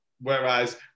Whereas